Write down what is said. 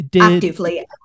actively